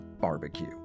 barbecue